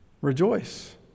Rejoice